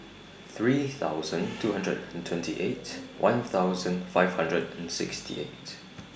three thousand two hundred and twenty eight one thousand five hundred and sixty eight